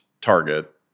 target